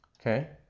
Okay